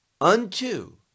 unto